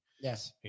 Yes